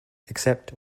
except